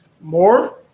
more